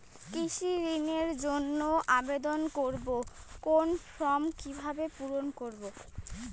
কৃষি ঋণের জন্য আবেদন করব কোন ফর্ম কিভাবে পূরণ করব?